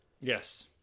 Yes